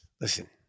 listen